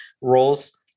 roles